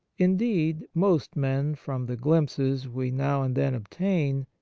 indeed, most men, from the glimpses we now and then obtain,